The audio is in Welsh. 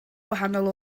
gwahanol